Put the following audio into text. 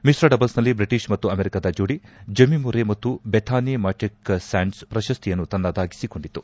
ಮಿತ್ರ ಡಬಲ್ಸ್ನಲ್ಲಿ ಬ್ರಿಟಿಷ್ ಮತ್ತು ಅಮೆರಿಕಾದ ಜೋಡಿ ಜೇಮಿ ಮುರ್ರೆ ಮತ್ತು ಬೆಥಾನಿ ಮಾಟೆಕ್ ಸ್ವಾಂಡ್ಸ್ ಪ್ರಶಸ್ತಿಯನ್ನು ತನ್ನದಾಗಿಸಿಕೊಂಡಿತು